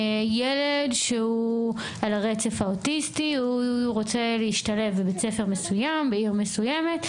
ילד על הרצף האוטיסטי רוצה להשתלב בבית ספר מסוים בעיר מסוימת,